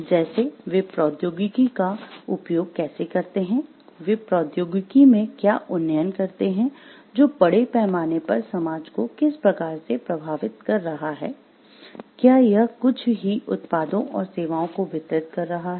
जैसे वे प्रौद्योगिकी का उपयोग कैसे करते हैं वे प्रौद्योगिकी में क्या उन्नयन करते हैं जो बड़े पैमाने पर समाज को किस प्रकार से प्रभावित कर रहा है क्या यह कुछ ही उत्पादों और सेवाओं को वितरित कर रहा है